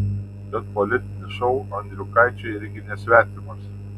bet politinis šou andriukaičiui irgi nesvetimas